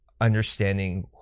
understanding